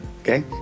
okay